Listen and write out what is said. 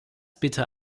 bitte